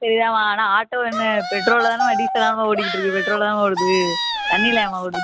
சரிதாம்மா ஆனால் ஆட்டோ என்ன பெட்ரோலில் தானேம்மா டீசலில் தான்ம்மா ஓடிக்கிட்டு இருக்குது பெட்ரோலில் தானே ஓடுது தண்ணியிலயாம்மா ஓடுது